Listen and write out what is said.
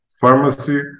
pharmacy